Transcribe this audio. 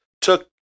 took